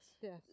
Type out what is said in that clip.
yes